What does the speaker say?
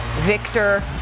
Victor